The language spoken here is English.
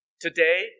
today